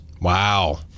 Wow